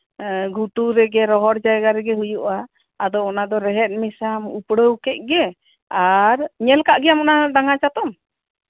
ᱜᱷᱩᱴᱩ ᱨᱮᱜᱮ ᱨᱚᱦᱚᱲ ᱡᱟᱭᱜᱟ ᱨᱮᱜᱮ ᱦᱩᱭᱩᱜᱼᱟ ᱟᱫᱚ ᱚᱱᱟᱫᱚ ᱨᱮᱦᱮᱫ ᱢᱮᱥᱟᱢ ᱩᱯᱲᱟᱹᱣ ᱠᱮᱜ ᱜᱮ ᱟᱨ ᱚᱱᱟ ᱧᱮᱞ ᱠᱟᱜ ᱜᱮᱭᱟᱢ ᱰᱟᱝᱜᱟ ᱪᱟᱛᱚᱢ